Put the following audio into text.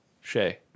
Shay